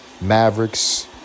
Mavericks